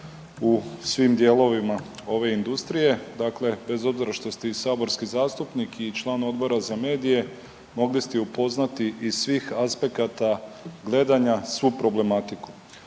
u svim dijelovima ove industrije dakle bez obzira što ste i saborski zastupnik i član Odbora za medije mogli ste i upoznati iz svih aspekata gledanja svu problematiku.